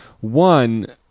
One